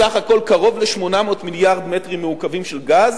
בסך הכול קרוב ל-800 מיליארד מטרים מעוקבים של גז